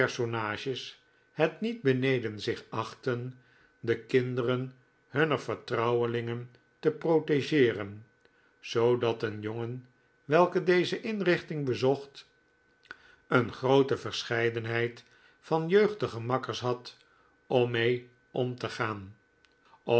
personages het niet beneden zich achtten de kinderen hunner vertrouwelingen te protegeeren zoodat een jongen welke deze inrichting bezocht een groote verscheidenheid van jeugdige makkers had om mee om te gaan